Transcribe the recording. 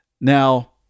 Now